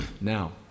Now